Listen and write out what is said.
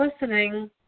listening